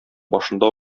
башында